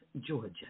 Georgia